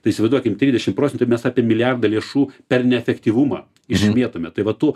tai įsivaizduokim trisdešim procentų mes apie milijardą lėšų per neefektyvumą išmėtome tai va tų